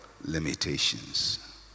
limitations